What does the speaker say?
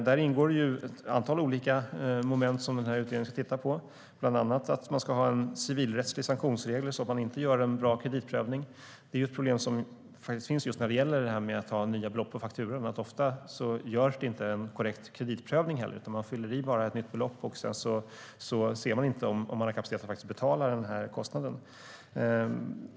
Där ingår ett antal olika moment som utredningen ska titta på, bland annat en civilrättslig sanktionsregel för de fall då det inte görs en bra kreditprövning. Det är ett problem som finns när det gäller nya belopp på fakturan. Ofta görs det inte en korrekt kreditprövning, utan man fyller bara i ett nytt belopp, och sedan kontrolleras det inte om man har kapacitet att betala kostnaden.